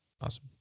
awesome